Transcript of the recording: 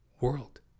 world